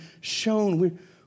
shown